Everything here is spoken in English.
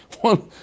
One